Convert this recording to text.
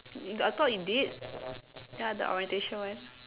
I thought you did ya the orientation one